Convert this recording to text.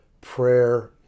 prayer